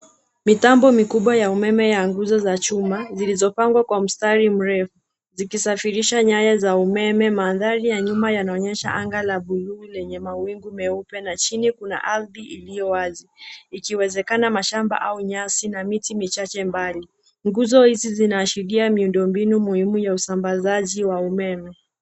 Mitambo mikubwa ya umeme ya nguzo za chuma zilizopangwa kwa mstari mrefu zikisafirisha nyaya za umeme. Mandhari ya nyuma yanaonyesha anga la buluu lenye mawingu meupe na chini kuna ardhi iliyowazi, ikiwezekana mashamba au nyasi na miti michache mbali. Nguzo hizi zinaashiria miundo mbinu muhimu ya usambazaji wa umeme.